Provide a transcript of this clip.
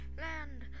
land